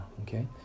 okay